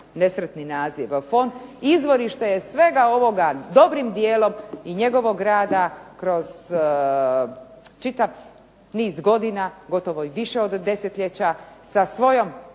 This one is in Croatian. nesretni naziv fond, izvorište je svega ovoga dobrim djelom i njegovog rada kroz čitav niz godina gotovo i više od desetljeća sa svojom